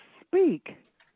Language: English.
speak